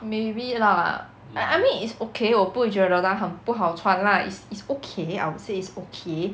maybe lah I I mean it's okay 我不会觉得它很不好穿 lah is is okay I would say is okay